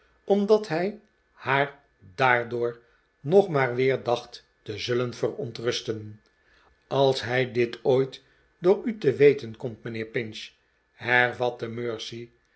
omdat hij haar daardoor nog maar meer dacht te zullen verontrusten als hij dit ooit door u te weten komt mijnheer pinch hervatte mercy